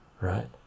right